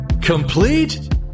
Complete